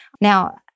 now